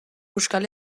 euskal